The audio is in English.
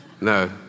No